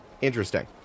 interesting